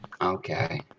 Okay